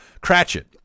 Cratchit